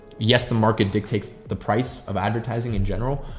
yes, the market dictates the price of advertising in general,